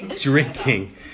drinking